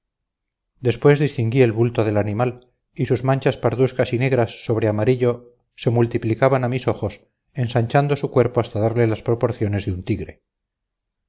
después distinguí el bulto del animal y sus manchas parduscas y negras sobre amarillo se multiplicaban a mis ojos ensanchando su cuerpo hasta darle las proporciones de un tigre